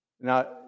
Now